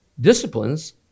disciplines